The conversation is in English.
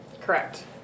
correct